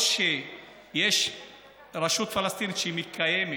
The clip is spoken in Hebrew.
או שיש רשות פלסטינית שמקיימת